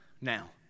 Now